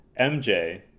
MJ